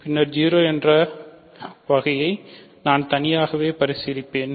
பின்னர் 0 என்ற வகையை நான் தனித்தனியாக பரிசீலிப்பேன்